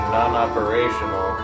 non-operational